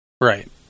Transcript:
Right